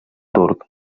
turc